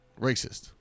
racist